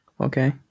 Okay